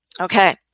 Okay